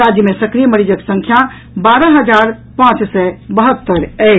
राज्य मे सक्रिय मरीजक संख्या बारह हजार पांच सय बहत्तरि अछि